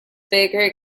baker